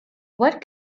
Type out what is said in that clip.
what